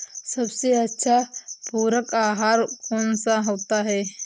सबसे अच्छा पूरक आहार कौन सा होता है?